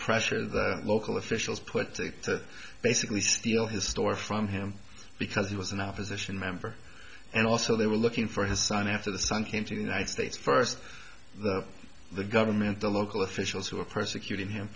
pressure the local officials put to basically steal his store from him because he was an opposition member and also they were looking for his son after the son came to the united states first the government the local officials who were persecuting him